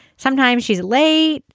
sometimes she's late.